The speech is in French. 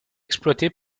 exploitée